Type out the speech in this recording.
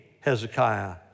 Hezekiah